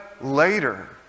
later